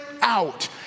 out